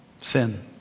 sin